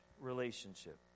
relationship